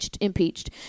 impeached